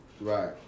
Right